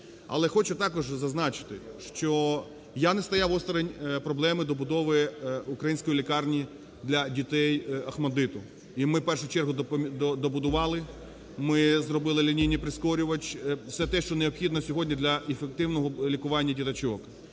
Але хочу також зазначити, що я не стояв осторонь проблеми добудови української лікарні для дітей "ОХМАТДИТу". І ми в першу чергу добудували, ми зробили лінійний прискорювач, все те, що необхідно сьогодні для ефективного лікування діточок.